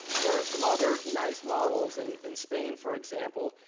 there are some other nice models and in spain, for example,